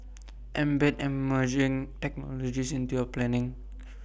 embed emerging technologies into your planning